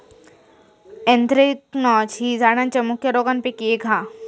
anthracnose ही झाडांच्या मुख्य रोगांपैकी एक हा